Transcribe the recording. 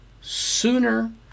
sooner